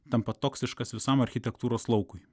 tampa toksiškas visam architektūros laukui